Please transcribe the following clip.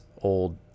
old